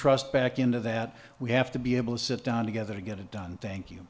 trust back into that we have to be able to sit down together get it done thank you